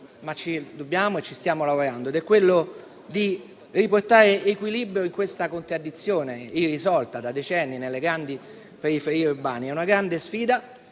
ma ci dobbiamo lavorare e lo stiamo facendo. È quello di riportare equilibrio in questa contraddizione irrisolta da decenni nelle grandi periferie urbane. È una grande sfida,